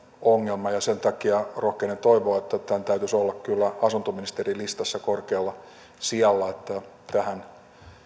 ongelma ja sen takia rohkenen toivoa että täytyisi olla kyllä asuntoministerin listassa korkealla sijalla että tähän